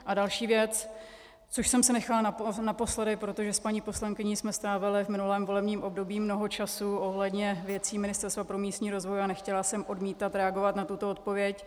A další věc což jsem si nechala naposled, protože s paní poslankyní jsme strávily v minulém volebním období mnoho času ohledně věcí Ministerstva pro místní rozvoj a nechtěla jsem odmítat reagovat na tuto odpověď.